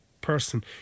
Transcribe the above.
person